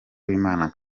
w’imana